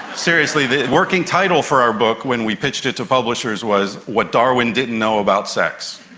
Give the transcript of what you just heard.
seriously, the working title for our book when we pitched it to publishers was what darwin didn't know about sex,